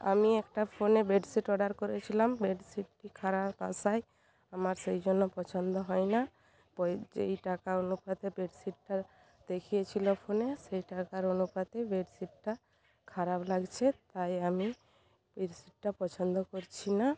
আমি একটা ফোনে বেডশিট অর্ডার করেছিলাম বেডশিটটি খারাপ আসায় আমার সেই জন্য পছন্দ হয় না পরে যেই টাকা অনুপাতে বেডশিটটা দেখিয়েছিলো ফোনে সেই টাকার অনুপাতে বেডশিটটা খারাপ লাগছে তাই আমি বেডশিটটা পছন্দ করছি না